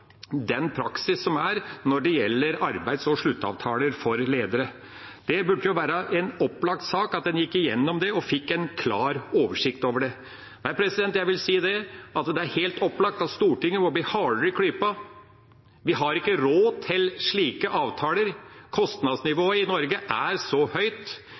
den praksisen som er når det gjelder arbeids- og sluttavtaler for ledere? Det burde være en opplagt sak at en gikk igjennom det og fikk en klar oversikt over dem. Jeg vil si at det er helt opplagt at Stortinget må bli hardere i klypa. Vi har ikke råd til slike avtaler. Kostnadsnivået i Norge er høyt.